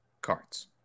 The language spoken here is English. cards